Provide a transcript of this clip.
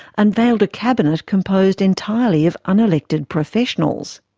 unveiled a cabinet composed entirely of unelected professionals.